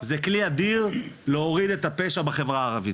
זה כלי אדיר להוריד את הפשע בחברה הערבית,